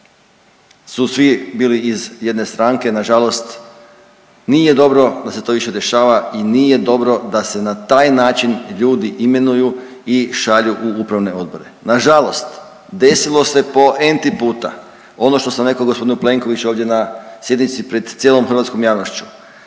su svi bili iz jedne stranke. Na žalost nije dobro da se to više dešava i nije dobro da se na taj način ljudi imenuju i šalju u upravne odbore. Na žalost desilo se po enti puta, ono što sam rekao gospodinu Plenkoviću ovdje na sjednici pred cijelom hrvatskom javnošću,